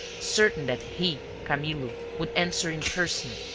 certain that he, camillo, would answer in person,